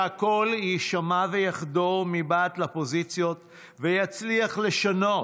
שהקול יישמע ויחדור מבעד לפוזיציות ויצליח לשנות,